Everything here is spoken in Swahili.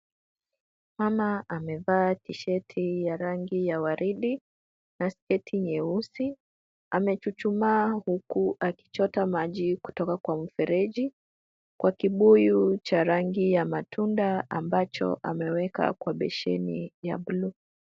Mama amevaa tisheti ya rangi ya waridi na sketi nyeusi. Amechuchumaa huku akichota maji kutoka kwa mfereji, kwa kibuyu cha rangi ya matunda ambacho ameweka kwa besheni ya blue .